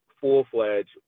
full-fledged